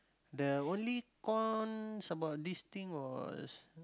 the only cons about this thing was